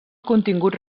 continguts